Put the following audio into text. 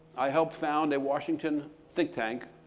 i helped found a washington think tank